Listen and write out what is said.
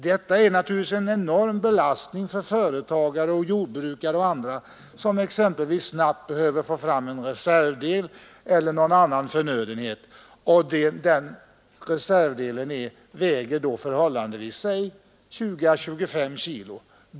Detta medför naturligtvis en enorm belastning för företagare, jordbrukare och andra som snabbt behöver få fram en reservdel eller någon förnödenhet som väger 20 å 25 kilo.